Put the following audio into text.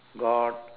god